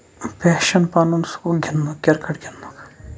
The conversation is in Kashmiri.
پیشَن پَنُن سُہ گوٚو گِنٛدنُک کِرکٹ گِنٛدنُک